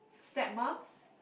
stepmoms